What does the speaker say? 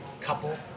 couple